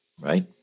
right